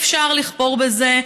אי-אפשר לכפור בזה,